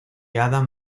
adam